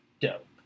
dope